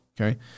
Okay